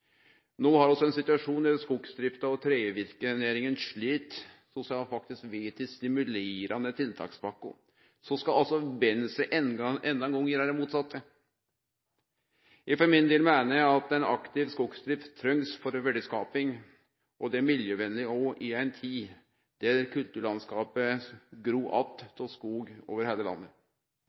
No har vi ein situasjon der skogsdrifta og trevirkenæringa slit, slik at ein faktisk vil etablere stimulerande tiltakspakker. Så skal altså Venstre enda ein gong gjere det motsette. Eg for min del meiner at ein aktiv skogsdrift trengst for verdiskaping. Det er òg miljøvenleg i ei tid da kulturlandskapet over heile landet gror att av skog.